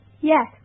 Yes